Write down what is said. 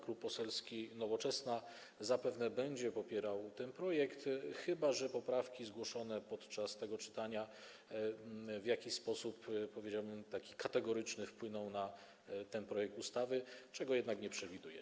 Klub Poselski Nowoczesna zapewne będzie popierał ten projekt ustawy, chyba że poprawki zgłoszone podczas tego czytania w jakiś sposób, powiedziałbym, kategoryczny wpłyną na ten projekt, czego jednak nie przewiduję.